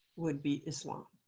would be islam.